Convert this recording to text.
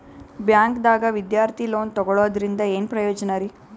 ಬ್ಯಾಂಕ್ದಾಗ ವಿದ್ಯಾರ್ಥಿ ಲೋನ್ ತೊಗೊಳದ್ರಿಂದ ಏನ್ ಪ್ರಯೋಜನ ರಿ?